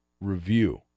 Review